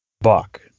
buck